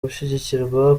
gushyigikirwa